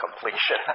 completion